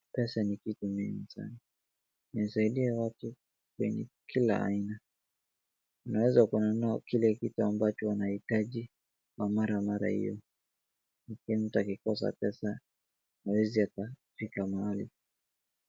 Pesa ni kitu muhimu sana, inasaidia watu wenye kila aina. Unaweza kununua kile kitu ambacho unahitaji kwa mara mara hiyo, lakini mtu akikosa pesa hawezi akafika mahali.